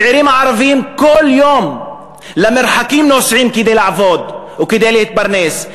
הצעירים הערבים כל יום למרחקים נוסעים כדי לעבוד או כדי להתפרנס.